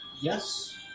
Yes